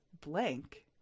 blank